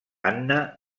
anna